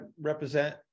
represent